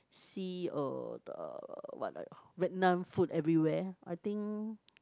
see uh the what ah the Vietnam food everywhere I think